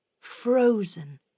frozen